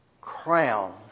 crown